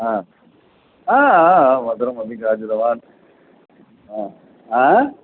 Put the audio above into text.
ह आ हा ह मघुरमपि खादितवान् ह आ